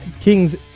King's